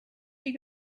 die